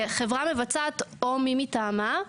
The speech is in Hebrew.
חברה מבצעת או מי מטעמה.